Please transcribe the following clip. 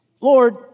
Lord